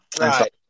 Right